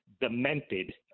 demented